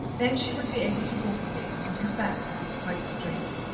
then she would be able to walk again, and her back would be quite straight.